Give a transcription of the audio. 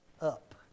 up